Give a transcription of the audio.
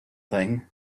thing